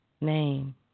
Name